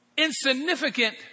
insignificant